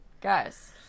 guys